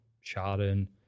Sharon